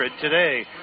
today